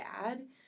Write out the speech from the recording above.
bad